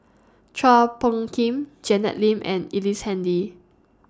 Chua Phung Kim Janet Lim and Ellice Handy